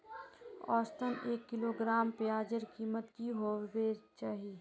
औसतन एक किलोग्राम प्याजेर कीमत की होबे चही?